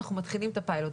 אנחנו מתחילים את הפיילוט.